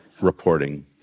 reporting